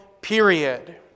Period